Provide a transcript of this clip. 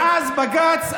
ואז בג"ץ,